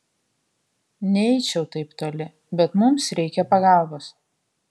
neeičiau taip toli bet mums reikia pagalbos